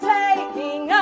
taking